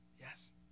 Yes